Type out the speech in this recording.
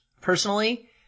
personally